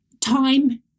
time